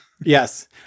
Yes